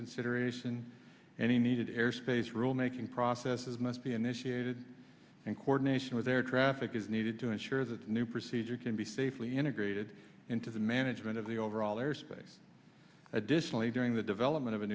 consideration any needed airspace rulemaking process is must be initiated and coordination with air traffic is needed to ensure that new procedure can be safely integrated into the management of the overall airspace additionally during the development of a